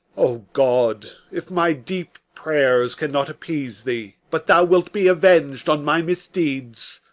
o god! if my deep prayers cannot appease thee, but thou wilt be aveng'd on my misdeeds,